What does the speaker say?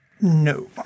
No